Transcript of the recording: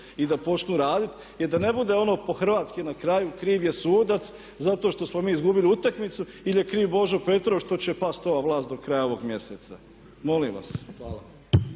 i da počnu raditi. I da ne bude ono po hrvatski na kraju kriv je sudac zato što smo mi izgubili utakmicu ili je kriv Božo Petrov što će pasti ova vlast do kraja ovog mjeseca. Molim vas.